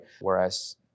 Whereas